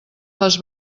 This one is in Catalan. les